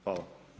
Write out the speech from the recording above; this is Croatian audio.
Hvala.